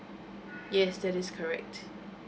yes that is correct